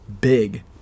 big